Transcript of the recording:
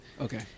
Okay